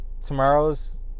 Tomorrow's